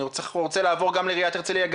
אני רוצה לעבור גם לעירית הרצליה,